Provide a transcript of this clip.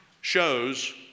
shows